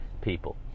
people